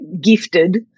gifted